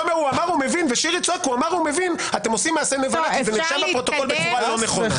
זה מעשה נבלה כי זה נכנס לפרוטוקול לא נכון.